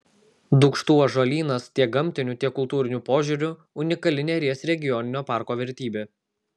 dūkštų ąžuolynas tiek gamtiniu tiek kultūriniu požiūriu unikali neries regioninio parko vertybė